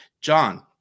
John